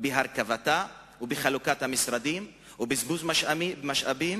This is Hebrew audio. בהרכבתה ובחלוקת המשרדים ובבזבוז משאבים